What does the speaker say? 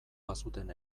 bazuten